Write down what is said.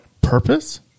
purpose